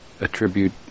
attribute